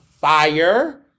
fire